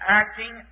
acting